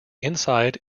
inside